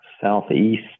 southeast